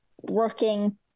working